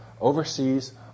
overseas